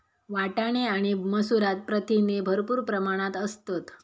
वाटाणे आणि मसूरात प्रथिने भरपूर प्रमाणात असतत